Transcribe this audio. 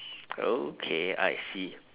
okay I see